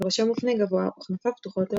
וראשו מופנה גבוה וכנפיו פתוחות לרווחה.